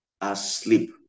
asleep